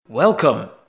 Welcome